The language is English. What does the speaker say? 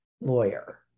lawyer